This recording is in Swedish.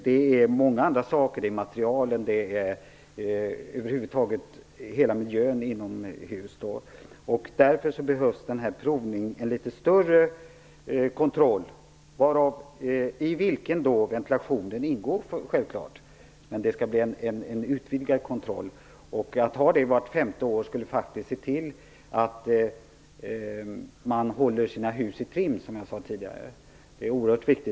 Det är många andra saker som skall undersökas, t.ex. materialen och hela miljön inomhus. Därför behövs en litet större kontroll i vilken ventilationen självfallet ingår. Men det skall vara en utvidgad kontroll. Att ha det vart femte år skulle faktiskt bidra till att man håller sina hus i trim. Det är oerhört viktigt.